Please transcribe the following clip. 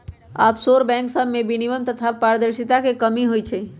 offshore bank सभमें विनियमन तथा पारदर्शिता के कमी होइ छइ